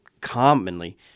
commonly